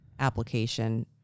application